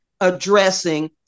addressing